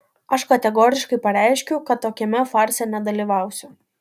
aš kategoriškai pareiškiu kad tokiame farse nedalyvausiu